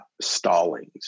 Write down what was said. Stallings